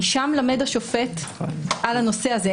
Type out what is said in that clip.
משם למד השופט על הנושא הזה,